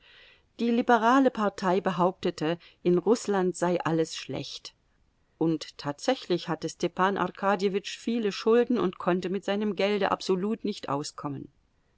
die liberale partei behauptete in rußland sei alles schlecht und tatsächlich hatte stepan arkadjewitsch viele schulden und konnte mit seinem gelde absolut nicht auskommen